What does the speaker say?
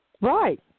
Right